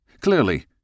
Clearly